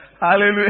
Hallelujah